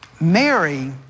Mary